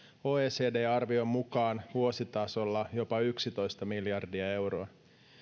oecd arvion mukaan vuositasolla jopa yksitoista miljardia euroa